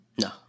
No